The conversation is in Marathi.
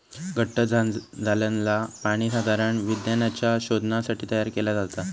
घट्ट झालंला पाणी साधारण विज्ञानाच्या शोधासाठी तयार केला जाता